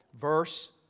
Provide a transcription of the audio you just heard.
Verse